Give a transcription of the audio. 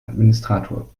administrator